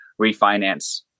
refinance